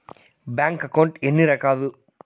bank account ఎన్ని రకాలు